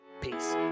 Peace